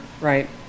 right